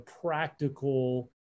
practical